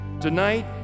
Tonight